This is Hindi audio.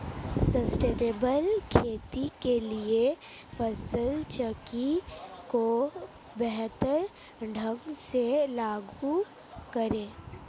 सस्टेनेबल खेती के लिए फसल चक्र को बेहतर ढंग से लागू करें